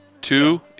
Two